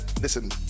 listen